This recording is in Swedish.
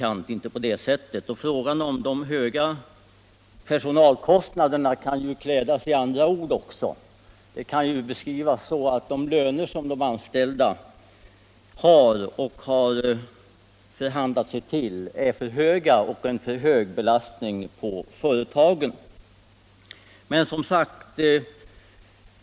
Man kan också vända på talet om de höga personalkostnaderna och säga att de löner som de anställda har förhandlat sig tull är för höga och en belastning för företagen.